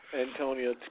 Antonia